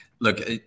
Look